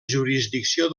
jurisdicció